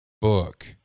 book